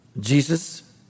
Jesus